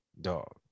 Dog